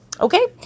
Okay